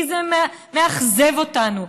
כי זה מאכזב אותנו,